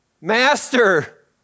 Master